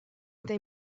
they